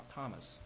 Thomas